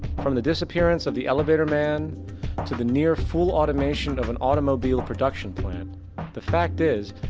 from the disappearance of the elevator man to the near full automation of an automobile production plant the fact is,